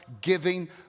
giving